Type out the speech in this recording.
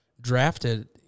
drafted